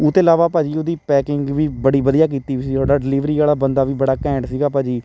ਉਤੇ ਇਲਾਵਾ ਭਾਅ ਜੀ ਉਹਦੀ ਪੈਕਿੰਗ ਵੀ ਬੜੀ ਵਧੀਆ ਕੀਤੀ ਵੀ ਸੀ ਤੁਹਾਡਾ ਡਿਲੀਵਰੀ ਵਾਲਾ ਬੰਦਾ ਵੀ ਬੜਾ ਘੈਂਟ ਸੀਗਾ ਭਾਅ ਜੀ